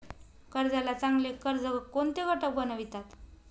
कर्जाला चांगले कर्ज कोणते घटक बनवितात?